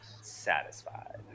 satisfied